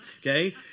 Okay